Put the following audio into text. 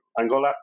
Angola